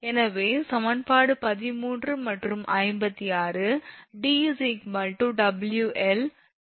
எனவே சமன்பாடு 13 மற்றும் 56 𝑑 𝑊𝐿28𝐻